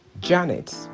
Janet